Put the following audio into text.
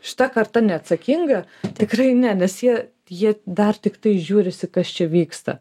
šita karta neatsakinga tikrai ne nes jie jie dar tiktai žiūrisi kas čia vyksta